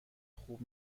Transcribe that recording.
خوب